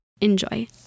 Enjoy